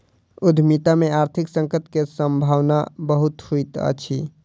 उद्यमिता में आर्थिक संकट के सम्भावना बहुत होइत अछि